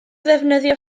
ddefnyddio